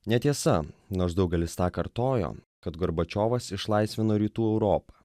netiesa nors daugelis tą kartojo kad gorbačiovas išlaisvino rytų europą